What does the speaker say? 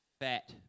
fat